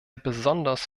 besonders